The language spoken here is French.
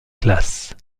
classes